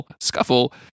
scuffle